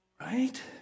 Right